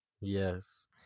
yes